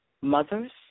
mothers